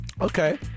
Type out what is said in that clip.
Okay